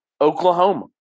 Oklahoma